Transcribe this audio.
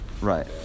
Right